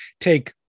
take